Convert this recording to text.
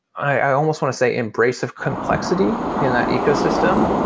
i almost want to say embrace of complexity in that ecosystem,